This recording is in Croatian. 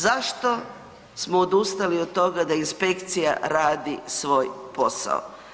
Zašto smo odustali od toga da inspekcija radi svoj posao.